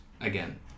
again